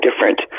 different